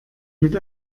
mit